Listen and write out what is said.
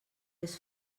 les